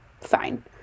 fine